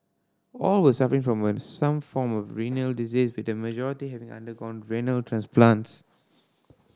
all were suffering from some form of renal disease with the majority having undergone renal transplants